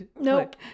nope